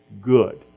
good